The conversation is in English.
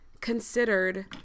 considered